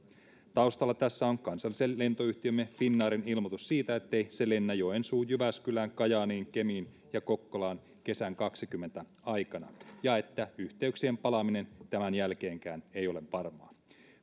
taustalla tässä on kansallisen lentoyhtiömme finnairin ilmoitus siitä ettei se lennä joensuuhun jyväskylään kajaaniin kemiin ja kokkolaan kesän kaksituhattakaksikymmentä aikana ja että yhteyksien palaaminen tämän jälkeenkään ei ole varmaa